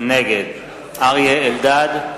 נגד אריה אלדד,